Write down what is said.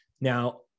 Now